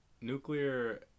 nuclear